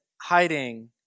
hiding